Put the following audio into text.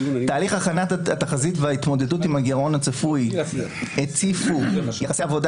תהליך הכנת התחזית וההתמודדות עם הגירעון הצפוי הציפו יחסי עבודה